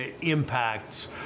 impacts